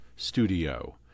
studio